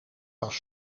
pas